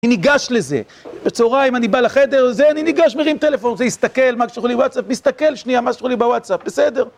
אני ניגש לזה, בצהריים אני בא לחדר, זה... אני ניגש, מרים טלפון, זה יסתכל מה שלחו לי בוואטסאפ, מסתכל שנייה מה שלחו לי בוואטסאפ, בסדר